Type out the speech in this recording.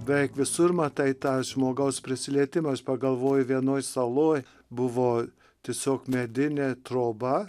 beveik visur matai tą žmogaus prisilietimą aš pagalvoju vienoj saloj buvo tiesiog medinė troba